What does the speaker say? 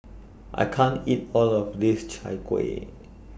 I can't eat All of This Chai Kueh